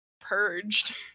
purged